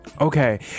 Okay